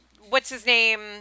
what's-his-name